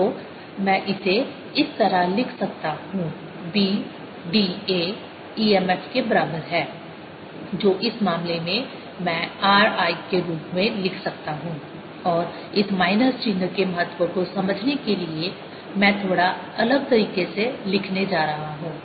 तो मैं इसे इस तरह लिख सकता हूं b d a e m f के बराबर है जो इस मामले में मैं r I के रूप में लिख सकता हूं और इस माइनस चिन्ह के महत्व को समझने के लिए मैं थोड़ा अलग तरीके से लिखने जा रहा हूं